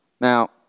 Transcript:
Now